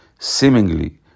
seemingly